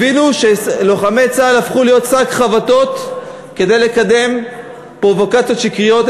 הבינו שלוחמי צה"ל הפכו להיות שק חבטות כדי לקדם פרובוקציות שקריות,